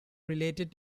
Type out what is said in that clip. related